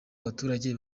abaturage